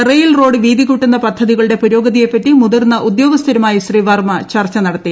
rail road വീതികൂട്ടുന്ന പദ്ധതികളുടെ പുരോഗതിയെപ്പറ്റി മുതിർന്ന ഉദ്യോഗസ്ഥരുമായി ശ്രീ വർമ്മ ചർച്ച നടത്തി